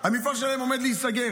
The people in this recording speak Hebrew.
המפעל שלהם עומד להיסגר.